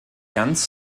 ganz